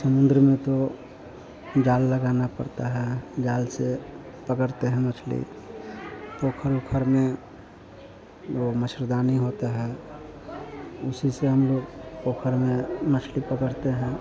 समुन्द्र में तो जाल लगाना पड़ता है जाल से पकड़ते हैं मछली पोखर ओखर में वह मच्छरदानी होता है उसी से हम लोग पोखर में मछली पकड़ते हैं